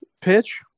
pitch